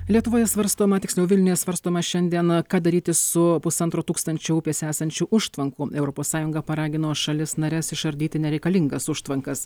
lietuvoje svarstoma tiksliau vilniuje svarstoma šiandien ką daryti su pusantro tūkstančio upėse esančių užtvankų europos sąjunga paragino šalis nares išardyti nereikalingas užtvankas